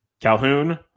Calhoun